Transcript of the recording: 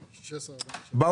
כמה סך הכול יצא בהורדה?